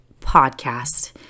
podcast